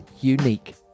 unique